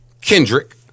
Kendrick